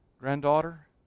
granddaughter